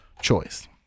choice